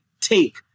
take